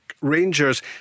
Rangers